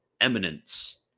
eminence